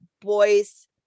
boys